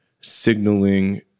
signaling